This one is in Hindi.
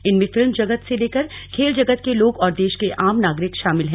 इनमें फिल्म जगत से लेकर खेल जगत के लोग और देश के आम नागरिक शामिल हैं